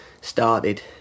started